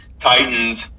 Titans